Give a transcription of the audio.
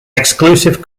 exclusive